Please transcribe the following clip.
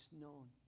known